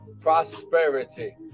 prosperity